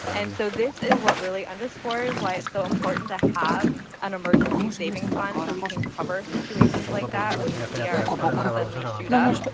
and so this is what really underscores why it's so important to have an emergency savings fund so we can cover situations like that when we see our expenses suddenly shoot up.